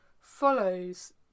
follows